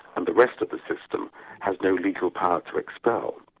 and the rest of the system has no legal power to expel.